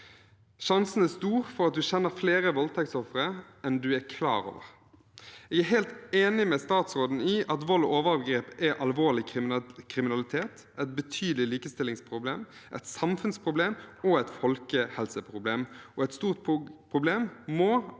Sjansen er stor for at du kjenner flere voldtektsofre enn du er klar over. Jeg er helt enig med statsråden i at vold og overgrep er alvorlig kriminalitet, et betydelig likestillingsproblem, et samfunnsproblem og et folkehelseproblem. Et stort problem må angripes